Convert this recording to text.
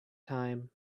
time